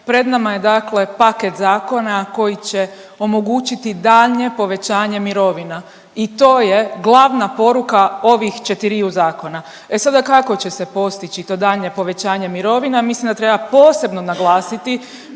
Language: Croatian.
Pred nama je dakle paket zakona koji će omogućiti daljnje povećanje mirovina i to je glavna poruka ovih četiriju zakona. E sada kako će se postići to daljnje povećanje mirovina? Mislim da treba posebno naglasiti